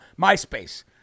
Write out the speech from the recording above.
MySpace